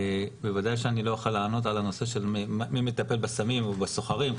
בוודאי שאני לא אוכל לענות על הנושא של מי מטפל בסמים או בסוחרים,